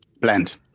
Blend